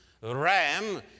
ram